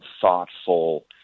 thoughtful